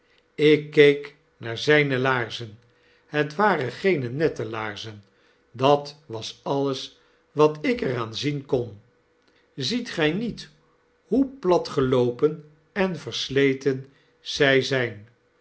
ik keek naar zpe laarzen het waren geene nette laarzen dat was alles wat ik er aan zien kon ziet gy niet hoe platgeloopen en versleten zy zijn